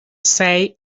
say